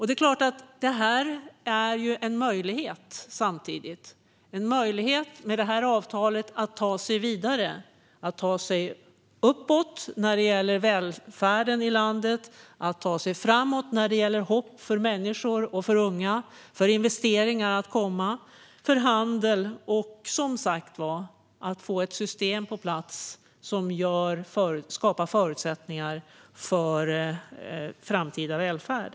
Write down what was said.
Det är klart att detta samtidigt är en möjlighet - att med avtalet ta sig vidare uppåt när det gäller välfärden i landet och framåt när det gäller hopp för människor och unga och om investeringar och handel samt, som sagt, om att få ett system på plats som skapar förutsättningar för framtida välfärd.